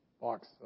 box